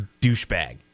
douchebag